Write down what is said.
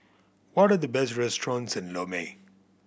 what are the best restaurants in Lome